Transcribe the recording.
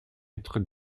être